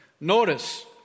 Notice